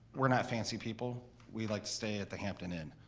we're not fancy people. we like to stay at the hampton inn,